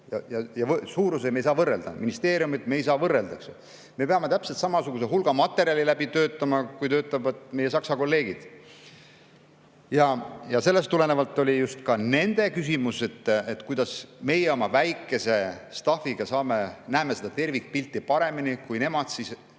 Aga suuruseid me ei saa võrrelda, ministeeriumit me ei saa võrrelda, eks. Me peame täpselt samasuguse hulga materjali läbi töötama, kui töötavad meie Saksa kolleegid. Sellest tulenevalt oli ka nende küsimus, kuidas meie oma väikesestaff'iga näeme seda tervikpilti paremini kui nemad.